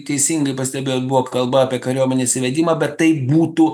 teisingai pastebėjot buvo kalba apie kariuomenės įvedimą bet tai būtų